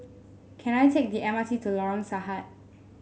can I take the M R T to Lorong Sarhad